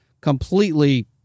completely